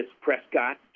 Prescott